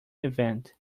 event